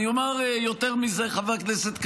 אני אומר יותר מזה, חבר הכנסת קריב,